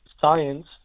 science